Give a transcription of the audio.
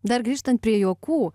dar grįžtant prie juokų